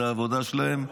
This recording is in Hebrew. זו העבודה שלהם.